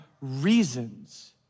reasons